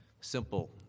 Simple